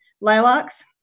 lilacs